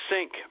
sink